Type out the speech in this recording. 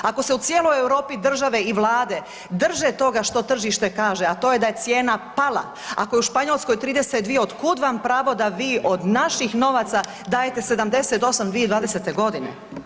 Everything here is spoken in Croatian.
Ako se u cijeloj Europi države i vlade drže toga što tržište kaže, a to je da je cijena pala, ako je u Španjolskoj 32 od kud vam pravo da vi od naših novaca dajete 78 2020. godine?